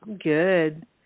good